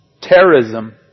Terrorism